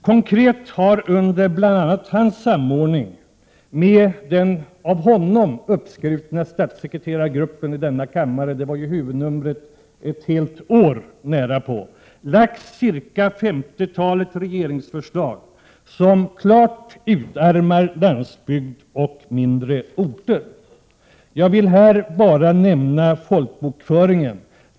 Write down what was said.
Konkret har bl.a. under hans samordning med den av honom omskrutna statssekreterargruppen — det var ju huvudnumret närapå under ett helt år — ett femtiotal regeringsförslag lagts fram som utarmar landsbygd och mindre orter. Jag vill här bara nämna folkbokföringen.